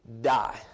die